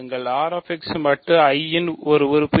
R x மட்டு I இன் உறுப்பு என்ன